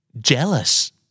Jealous